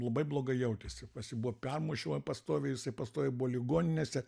labai blogai jautėsi pas jį buvo permušimai pastoviai jisai pastoviai buvo ligoninėse